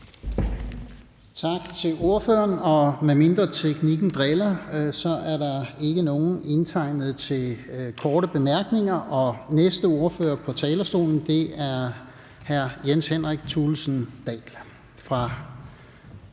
Tak til ordføreren. Medmindre teknikken driller, er der ikke nogen indtegnet til korte bemærkninger. Den næste ordfører på talerstolen er hr. Jens Henrik Thulesen Dahl fra